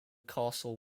castle